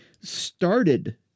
started